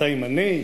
אתה ימני?